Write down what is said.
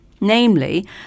namely